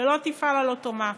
ולא תפעל על אוטומט,